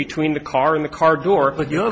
between the car in the car door but you know